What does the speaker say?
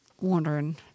wondering